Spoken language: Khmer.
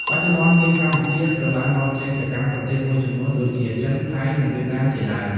បច្ចុប្បន្ន មៀនកម្ពុជាត្រូវបាននាំចេញទៅកាន់ប្រទេសមួយចំនួនដូចជា ចិន ថៃ និង វៀតណាម ជាដើម។